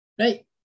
right